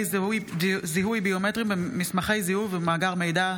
זיהוי ביומטריים במסמכי זיהוי ובמאגר מידע,